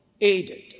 aided